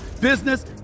business